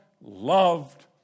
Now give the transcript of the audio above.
loved